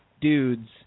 dudes